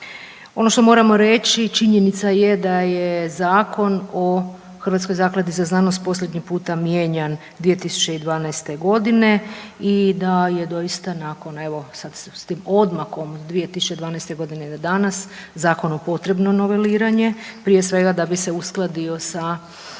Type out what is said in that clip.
Ono što moramo reći činjenica je da je Zakon o HRZZ-u posljednji puta mijenjan 2012.g. i da je doista nakon evo sad s tim odmakom od 2012.g. do danas zakonu potrebno noveliranje, prije svega da bi se uskladio sa Zakonom